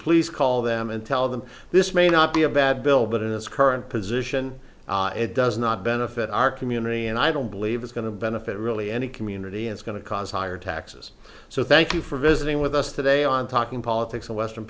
please call them and tell them this may not be a bad bill but in this current position it does not benefit our community and i don't believe it's going to benefit really any community is going to cause higher taxes so thank you for visiting with us today on talking politics a western